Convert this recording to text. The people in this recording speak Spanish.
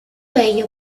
ello